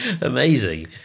Amazing